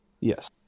yes